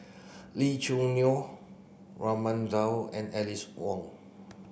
Lee Choo Neo Raman Daud and Alice Ong